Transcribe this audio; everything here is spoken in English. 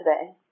today